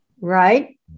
right